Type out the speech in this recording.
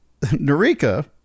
Narika